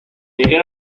dijeron